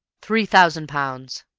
three thousand pounds!